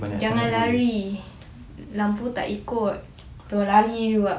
jangan lari lampu tak ikut diorang lari juga